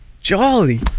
jolly